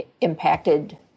impacted